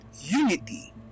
Unity